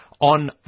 On